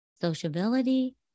sociability